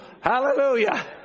Hallelujah